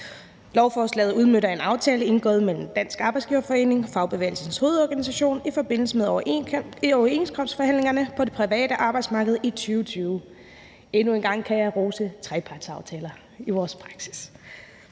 Lovforslaget udmønter en aftale indgået mellem Dansk Arbejdsgiverforening og Fagbevægelsens Hovedorganisation i forbindelse med overenskomstforhandlingerne på det private arbejdsmarked i 2020. Endnu en gang kan jeg rose trepartsaftaler. Det er